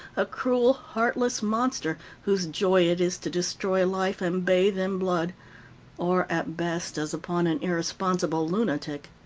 a cruel, heartless monster, whose joy it is to destroy life and bathe in blood or at best, as upon an irresponsible lunatic.